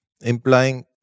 implying